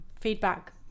feedback